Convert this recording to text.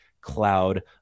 cloud